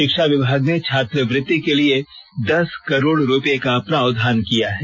शिक्षा विभाग ने छात्रवृति के लिए दस करोड़ रुपए का प्रावधान किया है